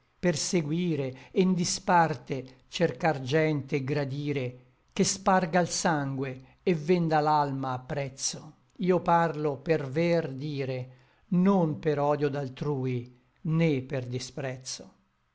perseguire e n disparte cercar gente et gradire che sparga l sangue et venda l'alma a prezzo io parlo per ver dire non per odio d'altrui né per disprezzo